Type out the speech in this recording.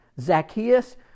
Zacchaeus